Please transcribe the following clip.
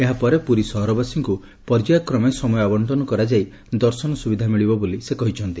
ଏହାପରେ ପୁରୀ ସହରବାସୀଙ୍କୁ ପର୍ଯ୍ୟାୟକ୍ରମେ ସମୟ ଆବଙ୍କନ କରାଯାଇ ଦର୍ଶନ ସୁବିଧା ମିଳିବ ବୋଲି ସେ କହିଛନ୍ତି